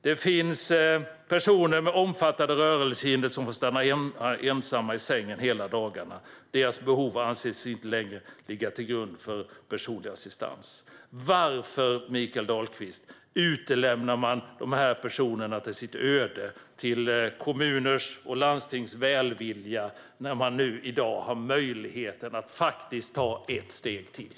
Det finns personer med omfattande rörelsehinder som får stanna hemma ensamma i sängen hela dagarna. Deras behov anses inte längre ligga till grund för personlig assistans. Varför, Mikael Dahlqvist, utlämnar man dessa personer åt sitt öde, åt kommuners och landstings välvilja, när man nu i dag har möjlighet att ta ett steg till?